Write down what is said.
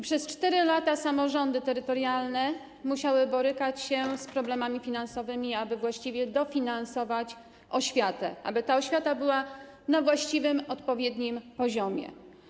Przez 4 lata samorządy terytorialne musiały borykać się z problemami finansowymi, aby właściwie dofinansować oświatę, aby ta oświata była na właściwym, odpowiednim poziomie.